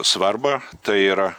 svarbą tai yra